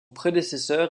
prédécesseur